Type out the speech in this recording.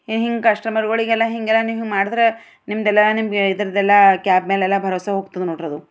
ಹೀಗೆ ಕಸ್ಟಮರುಗಳಿಗೆಲ್ಲ ಹೀಗೆಲ್ಲ ನೀವು ಮಾಡಿದ್ರೆ ನಿಮ್ದೆಲ್ಲ ನಿಮಗೆ ಇದರದ್ದೆಲ್ಲ ಕ್ಯಾಬ್ ಮೇಲೆಲ್ಲ ಭರವಸೆ ಹೋಗ್ತದೆ ನೋಡ್ರದು